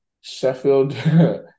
Sheffield